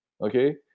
Okay